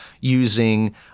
using